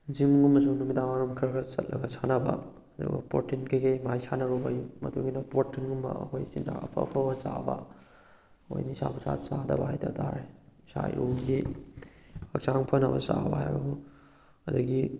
ꯖꯤꯝꯒꯨꯝꯕꯁꯨ ꯅꯨꯃꯤꯗꯥꯡ ꯋꯥꯏꯔꯝ ꯈꯔ ꯈꯔ ꯆꯠꯂꯒ ꯁꯥꯟꯅꯕ ꯑꯗꯨꯒ ꯄꯣꯔꯇꯤꯟ ꯀꯩꯀꯩ ꯃꯥꯒꯤ ꯁꯥꯟꯅꯔꯨꯕꯒꯤ ꯃꯇꯨꯡꯏꯟꯅ ꯄꯣꯔꯇꯤꯟꯒꯨꯝꯕ ꯑꯩꯈꯣꯏ ꯆꯤꯟꯖꯥꯛ ꯑꯐ ꯑꯐꯕ ꯆꯥꯕ ꯍꯣꯏ ꯅꯤꯁꯥ ꯄꯨꯁꯥ ꯆꯥꯗꯕ ꯍꯥꯏꯇ ꯇꯥꯔꯦ ꯏꯁꯥ ꯏꯔꯨꯒꯤ ꯍꯛꯆꯥꯡ ꯐꯅꯕ ꯆꯥꯕ ꯍꯥꯏꯕꯕꯨ ꯑꯗꯨꯗꯒꯤ